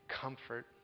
comfort